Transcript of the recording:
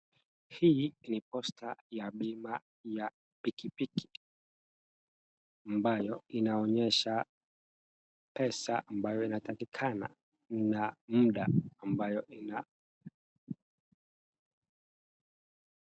Hii ni poster ya bima ya pikipiki ambayo inaonyesha pesa ambayo inatakikana na munda ambayo ina.